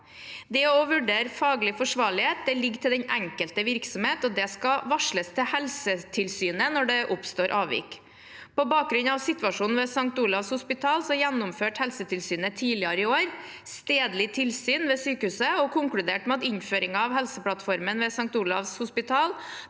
Å vurdere faglig forsvarlighet ligger til den enkelte virksomhet, og det skal varsles til Helsetilsynet når det oppstår avvik. På bakgrunn av situasjonen ved St. Olavs hospital gjennomførte Helsetilsynet tidligere i år stedlig tilsyn ved sykehuset og konkluderte med at innføringen av Helseplattformen ved St. Olavs hospital